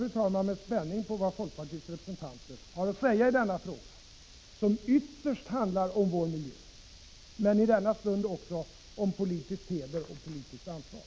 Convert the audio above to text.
Jag väntar med spänning på vad folkpartiets representanter har att säga i denna fråga, som ytterst handlar om vår miljö — men i denna stund också om politisk heder och politiskt ansvar.